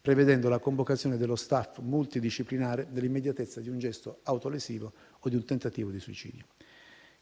prevedendo la convocazione dello *staff* multidisciplinare nell'immediatezza di un gesto autolesivo o di un tentativo di suicidio.